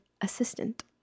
assistant